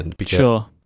Sure